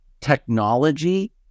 technology